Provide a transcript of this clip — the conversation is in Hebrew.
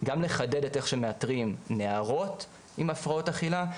גם לחדד את איך שמאתרים נערות עם הפרעות אכילה,